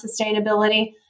sustainability –